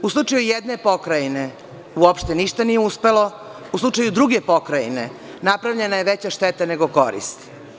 U slučaju jedne pokrajine uopšte ništa nije uspelo, a u slučaju druge pokrajine napravljena je veća šteta nego korist.